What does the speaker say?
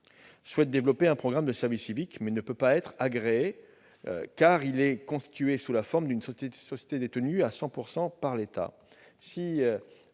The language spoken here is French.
souhaite développer un programme de service civique, mais ne peut être agréé, car il est constitué sous la forme d'une société détenue à 100 % par l'État.